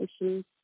issues